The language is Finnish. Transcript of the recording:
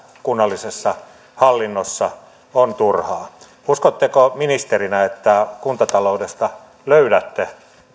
kunnallisessa hallinnossa on turhaa uskotteko ministerinä että kuntataloudesta löydätte